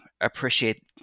appreciate